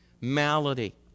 malady